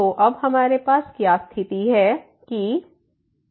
तो अब हमारे पास क्या स्थिति है कि gx00k01ngn1x0n1